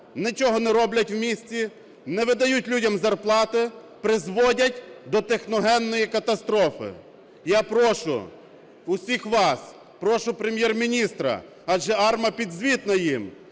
нічого не роблять в місті, не видають людям зарплати, призводять до техногенної катастрофи. Я прошу всіх вас, прошу Прем'єр-міністра, адже АРМА підзвітна їм,